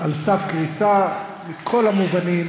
על סף קריסה בכל המובנים,